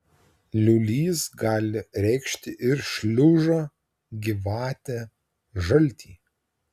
liūlys gali reikšti ir šliužą gyvatę žaltį